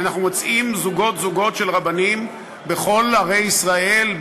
ואנחנו מוצאים זוגות-זוגות של רבנים בכל ערי ישראל,